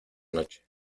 noche